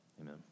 amen